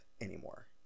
anymore